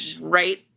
right